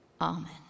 Amen